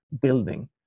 building